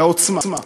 לעוצמה,